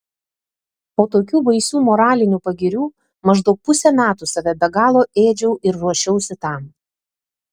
po tokių baisių moralinių pagirių maždaug pusę metų save be galo ėdžiau ir ruošiausi tam